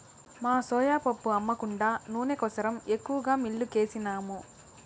మా సోయా పప్పు అమ్మ కుండా నూనె కోసరం ఎక్కువగా మిల్లుకేసినాము